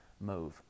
move